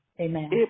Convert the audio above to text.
Amen